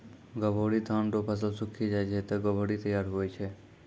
गभोरी धान रो फसल सुक्खी जाय छै ते गभोरी तैयार हुवै छै